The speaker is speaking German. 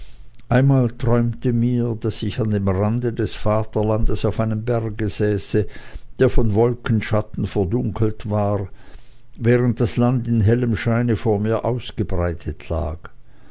einmal träumte mir daß ich an dem rande des vaterlandes auf einem berge säße der von wolkenschatten verdunkelt war während das land in hellem scheine vor mir ausgebreitet lag